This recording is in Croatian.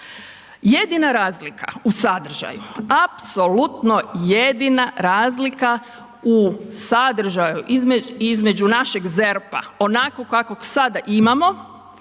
Jedina razlika u sadržaju apsolutno jedina razlika u sadržaju između našeg ZERP-a onakvog kakvog sada imamo